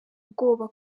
ubwoba